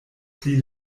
pli